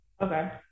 Okay